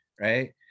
right